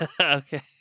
Okay